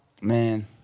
Man